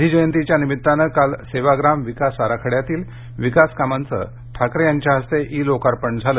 गांधीजयंतीच्या निमित्तानंकाल सेवाग्राम विकास आराखड्यातील विकासकामांचं मुख्यमंत्री ठाकरे यांच्या हस्ते ई लोकार्पण झालं